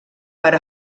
per